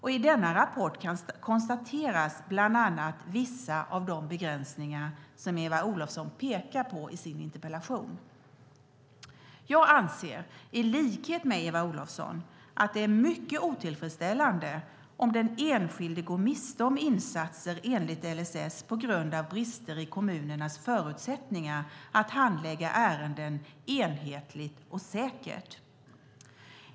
I denna rapport konstateras bland annat vissa av de begränsningar som Eva Olofsson pekar på i sin interpellation. Jag anser, i likhet med Eva Olofsson, att det är mycket otillfredsställande om den enskilde går miste om insatser enligt LSS på grund av brister i kommunernas förutsättningar att handlägga ärenden enhetligt och säkert.